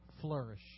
flourish